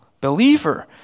believer